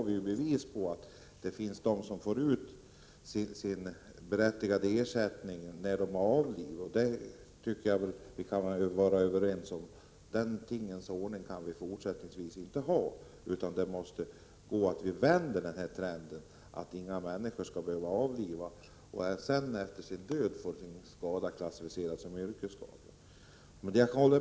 Vi har bevis för att det finns människor som får sin berättigade ersättning när de har avlidit, och jag tycker att vi kan vara överens om att vi fortsättningsvis inte kan ha en sådan tingens ordning. Vi måste vända trenden, så att inga människor skall behöva avlida och först efter sin död få sin skada klassificerad som yrkesskada.